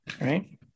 Right